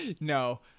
No